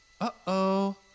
Uh-oh